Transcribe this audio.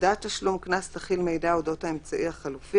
הודעת תשלום קנס תכיל מידע אודות האמצעי החלופי,